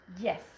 yes